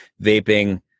vaping